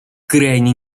крайне